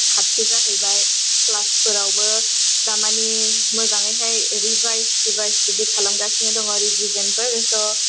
खाथि जाहैबाय क्लासफोरावबो थारमाने मोजाङैहाय रिभायज बिदि खालामगासिनो दङ रिभिजनफोर स'